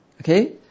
Okay